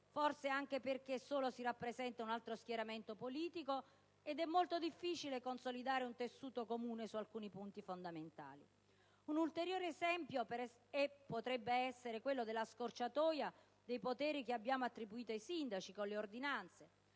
forse anche e solo perché si rappresenta un altro schieramento politico, ed è molto difficile consolidare un tessuto comune su alcuni punti fondamentali. Un ulteriore esempio potrebbe essere rappresentato dalla scorciatoia dei poteri che abbiamo attribuito ai sindaci con le ordinanze: